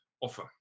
offer